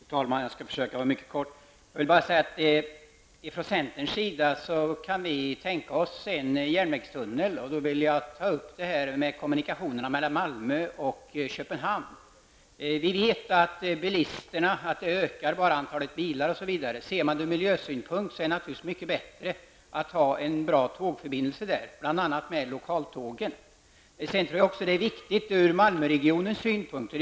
Fru talman! Jag skall försöka vara kortfattad. Från centerns sida kan vi tänka oss en järnvägstunnel, och i det sammanhanget vill jag ta upp kommunikationerna mellan Malmö och Köpenhamn. Vi vet att antalet bilar kommer att öka. Från miljösynpunkt är det naturligtvis bättre att ha en bra tågförbindelse, bl.a. lokaltåg. Det är viktigt också för Malmöregionen.